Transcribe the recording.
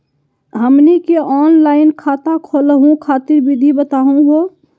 हमनी के ऑनलाइन खाता खोलहु खातिर विधि बताहु हो?